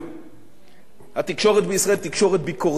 התקשורת בישראל היא תקשורת ביקורתית מאוד,